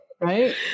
Right